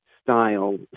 style